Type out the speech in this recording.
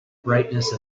brightness